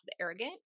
arrogant